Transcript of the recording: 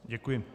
Děkuji.